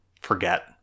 forget